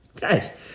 Guys